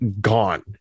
gone